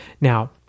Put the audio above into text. Now